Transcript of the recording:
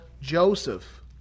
Joseph